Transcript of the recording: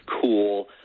cool